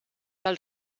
del